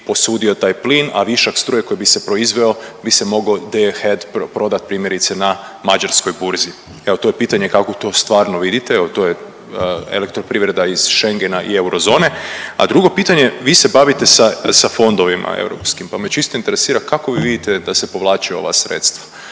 posudio taj plin, a višak struje koji bi se proizveo bi se mogao …/Govornik se ne razumije/…prodat primjerice na mađarskoj burzi. Evo to je pitanje kako to stvarno vidite, evo to je elektroprivreda iz Schengena i eurozone. A drugo pitanje, vi se bavite sa, sa fondovima europskim, pa me čisto interesira kako vi vidite da se povlače ova sredstva,